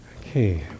Okay